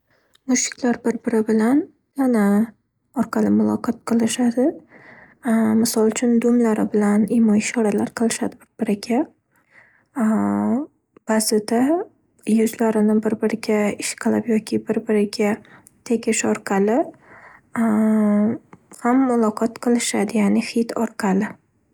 Mushuklar bir-biri bilan tana orqali muloqot qilishadi. Misol uchun, dumlari bilan imo-ishoralar qilishadi bir-biriga. Ba'zida yuzlarini bir-biriga ishqalab yoki bir-biriga tegish orqali ham muloqot qilishadi ya'ni hid orqali.